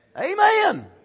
Amen